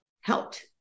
helped